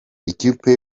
ikipe